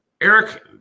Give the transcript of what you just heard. Eric